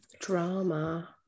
drama